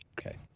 Okay